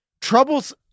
troubles